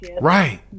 Right